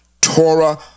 Torah